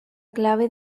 clave